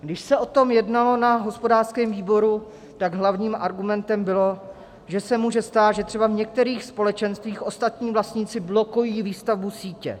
Když se o tom jednalo na hospodářském výboru, hlavním argumentem bylo, že se může stát, že třeba v některých společenstvích ostatní vlastníci blokují výstavbu sítě.